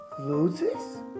loses